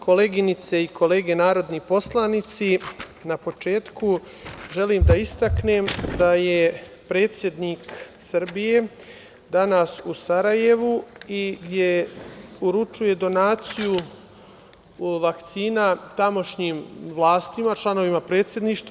Koleginice i kolege narodni poslanici, na početku želim da istaknem da je predsednik Srbije, danas u Sarajevu gde uručuje donaciju vakcina tamošnjim vlastima, članovima predsedništva.